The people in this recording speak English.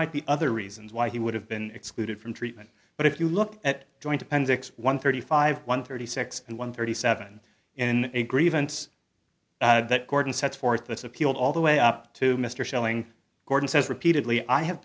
might be other reasons why he would have been excluded from treatment but if you look at joint appendix one thirty five one thirty six and one thirty seven in a grievance that gordon sets forth that's appealed all the way up to mr shelling gordon says repeatedly i have